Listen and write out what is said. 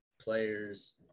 players